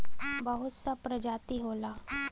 बहुत सा प्रजाति होला